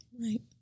Right